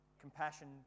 Compassion